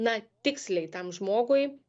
na tiksliai tam žmogui